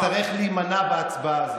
ושגם הרשימה המשותפת תצטרך להימנע בהצבעה הזאת.